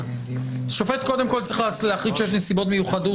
השופט צריך להחליט קודם כול שיש סיבות מיוחדות,